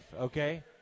okay